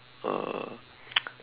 uh